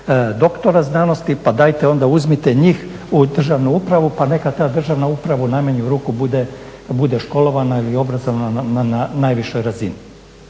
doktora znanosti, pa dajte onda uzmite njih u državnu upravu, pa neka ta državna uprava u najmanju ruku bude školovana ili obrazovana na najvišoj razini.